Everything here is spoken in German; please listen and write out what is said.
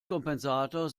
kompensator